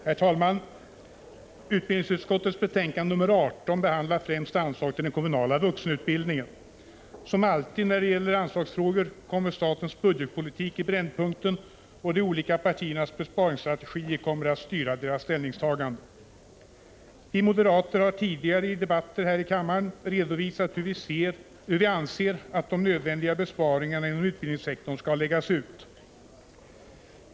Herr talman! Utbildningsutskottets betänkande nr 18 behandlar främst anslag till den kommunala vuxenutbildningen. Som alltid när det gäller anslagsfrågor kommer statens budgetpolitik i brännpunkten, och de olika partiernas besparingsstrategier kommer att styra deras ställningstagande i sakfrågorna. Vi moderater har i tidigare debatter här i kammaren redovisat hur vi anser att de nödvändiga besparingarna inom utbildningssektorn skall läggas ut.